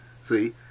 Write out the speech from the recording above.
See